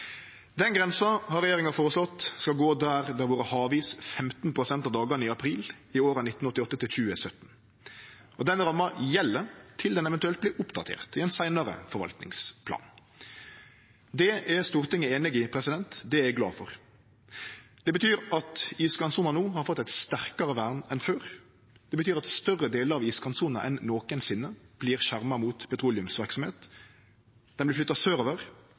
Den grensa har regjeringa føreslått skal gå der det har vore havis 15 pst. av dagane i april, i åra 1988 til 2017. Denne ramma gjeld til ho eventuelt vert oppdatert i ein seinare forvaltingsplan. Det er Stortinget einig i. Det er eg glad for. Det betyr at iskantsona no har fått eit sterkare vern enn før. Det betyr at større delar av iskantsona enn nokosinne vert skjerma mot petroleumsverksemd. Ho vert flytta sørover